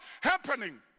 happening